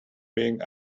being